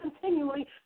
continually